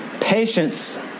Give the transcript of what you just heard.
Patience